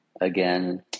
again